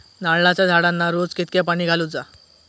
नारळाचा झाडांना रोज कितक्या पाणी घालुचा?